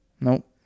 Nope